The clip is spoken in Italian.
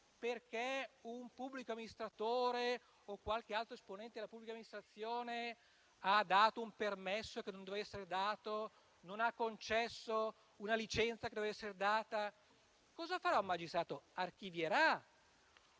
perché un pubblico amministratore o qualche altro esponente della pubblica amministrazione hanno dato un permesso che non doveva essere dato o non hanno concesso una licenza che doveva essere data? Archivierà